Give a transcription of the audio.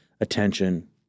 attention